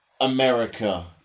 America